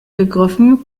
begriffen